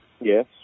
Yes